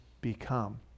become